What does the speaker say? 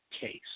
case